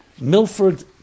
Milford